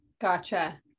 Gotcha